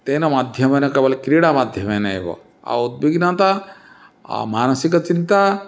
तेन माध्यमेन केवल क्रीडामाध्यमेन एव उद्विग्नता मानसिकचिन्ता